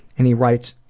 and he writes,